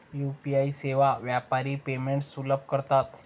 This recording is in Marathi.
यू.पी.आई सेवा व्यापारी पेमेंट्स सुलभ करतात